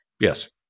Yes